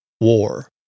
war